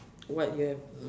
what you have